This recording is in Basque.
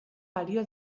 balio